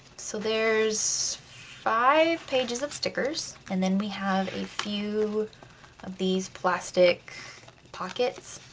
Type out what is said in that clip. so there's five pages of stickers, and then we have a few of these plastic pockets